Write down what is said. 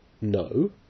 no